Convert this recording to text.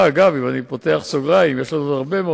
כדאי שתביא בחשבון